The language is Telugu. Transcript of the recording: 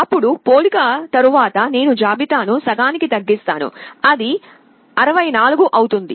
అప్పుడు పోలిక తరువాత నేను జాబితా ను సగానికి తగ్గిస్తాను అది 64 అవుతుంది